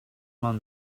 man